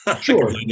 Sure